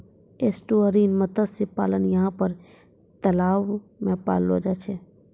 estuarine मत्स्य पालन यहाँ पर तलाव मे पाललो जाय छै